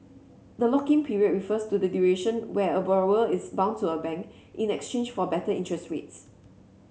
the lock in period refers to the duration where a borrower is bound to a bank in exchange for better interest rates